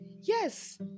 Yes